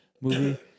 movie